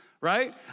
right